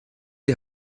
die